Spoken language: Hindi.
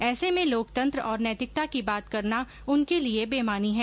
ऐसे में लोकतंत्र और नैतिकता की बात करना उनके लिए बेमानी है